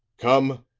come,